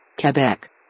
Quebec